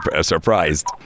surprised